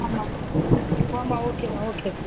ஆமாம் ஆமாம் ஓகே தான் ஓகே தான்